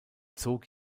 zog